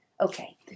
okay